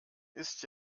ist